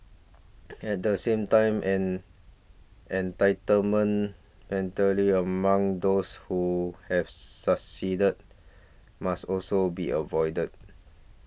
at the same time an entitlement mentally among those who have succeeded must also be avoided